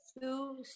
two